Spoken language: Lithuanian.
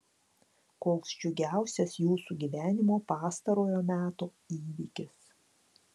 koks džiugiausias jūsų gyvenimo pastarojo meto įvykis